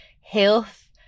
Health